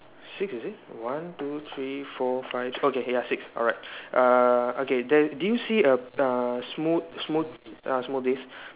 six is it one two three four five okay ya six alright uh okay then do you see a uh uh smooth~ smooth~ uh smoothies